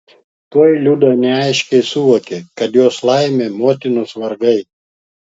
tuoj liuda neaiškiai suvokė kad jos laimė motinos vargai